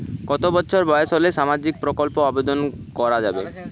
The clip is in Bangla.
কত বছর বয়স হলে সামাজিক প্রকল্পর আবেদন করযাবে?